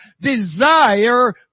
desire